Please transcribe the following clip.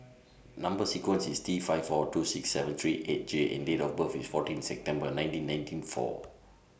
Number sequence IS T five four two six seven three eight J and Date of birth IS fourteen September nineteen ninety four